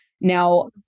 Now